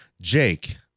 jake